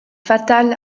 fatal